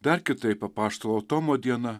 dar kitaip apaštalo tomo diena